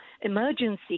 emergency